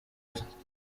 bye